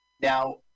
Now